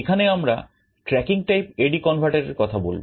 এখানে আমরা tracking type AD converter এর কথা বলব